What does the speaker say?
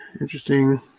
Interesting